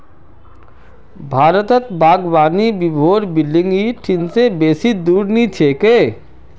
भारतत बागवानी विभागेर बिल्डिंग इ ठिन से बेसी दूर नी छेक